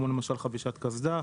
כמו למשל חבישת קסדה,